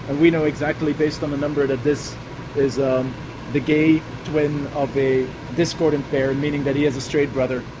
we know exactly, based on the number that this is um the gay twin of a discordant pair, meaning that he has a straight brother.